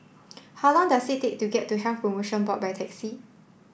how long does it take to get to Health Promotion Board by taxi